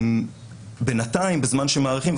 בינתיים בזמן שמאריכים,